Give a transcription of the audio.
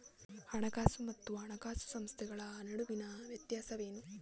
ಹಣಕಾಸು ಮತ್ತು ಹಣಕಾಸು ಸಂಸ್ಥೆಗಳ ನಡುವಿನ ವ್ಯತ್ಯಾಸವೇನು?